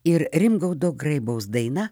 ir rimgaudo graibaus daina